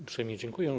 Uprzejmie dziękuję.